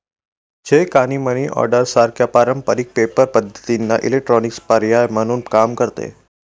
check आणि money order सारख्या पारंपारिक पेपर पद्धतींना इलेक्ट्रॉनिक पर्याय म्हणून काम करते